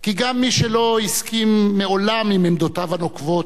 כי גם מי שלא הסכים מעולם עם עמדותיו הנוקבות,